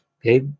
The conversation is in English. Okay